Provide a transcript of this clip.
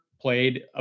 played